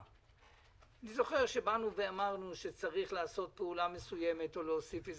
אני זוכר שבאנו ואמרנו שצריך לעשות פעולה מסוימת או להוסיף איזו